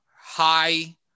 high